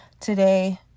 Today